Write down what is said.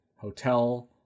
Hotel